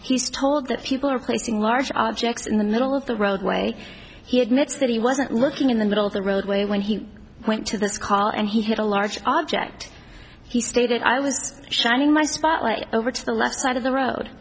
he's told that people are placing large objects in the middle of the roadway he admits that he wasn't looking in the middle of the roadway when he went to this car and he had a large object he stated i was shining my spotlight over to the left side of the road